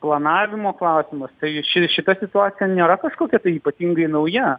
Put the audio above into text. planavimo klausimas tai ši šita situacija nėra kažkokia tai ypatingai nauja